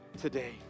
today